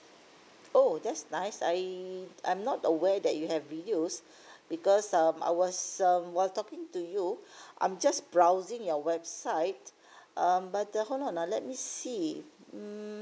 oh that's nice I I'm not aware that you have videos because um I was um while talking to you I'm just browsing your website um but uh hold on ah let me see mm